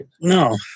No